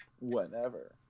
Whenever